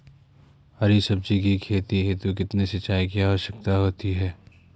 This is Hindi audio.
हरी सब्जी की खेती हेतु कितने सिंचाई की आवश्यकता होती है?